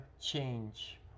change